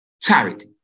Charity